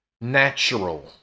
natural